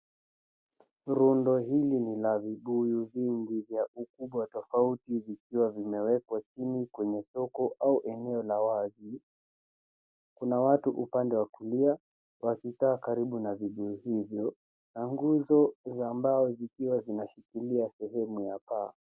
Rundo hili ni lq vibuyu vingi vya ukubwa tofauti vikiwa vimewekwa chini kwenye soko au eneo la wazi. Kuna watu upande wa kulia wakikaa karibu na vibuyu hizo na nguzo za mbao zikuwa zinashikilia sehemu ya paa.